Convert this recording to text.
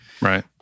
right